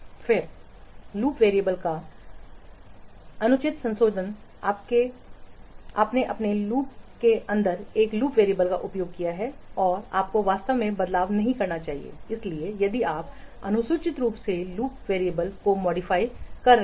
फिर loop variables का अनुचित संशोधन आपने अपने लूप के अंदर एक लूप वैरिएबल का उपयोग किया है और आपको वास्तव में कोई बदलाव नहीं करना चाहिए इसलिए यदि आप अनुचित रूप से लूप वेरिएबल को मॉडिफाई कर रहे हैं